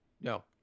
No